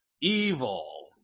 Evil